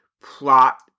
plot